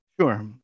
Sure